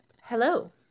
Hello